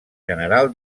general